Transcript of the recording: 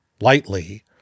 lightly